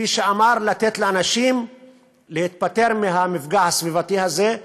כפי שנאמר, לתת לאנשים להיפטר מהמפגע הסביבתי הזה,